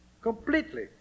completely